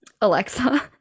Alexa